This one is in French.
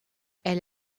elle